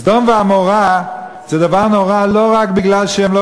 סדום ועמורה זה דבר נורא לא רק כי הם לא